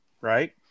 right